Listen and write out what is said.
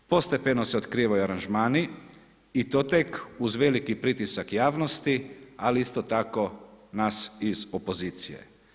Postepeno se otkrivaju aranžmani i to tek uz veliki pritisak javnosti, ali isto tako nas iz opozicije.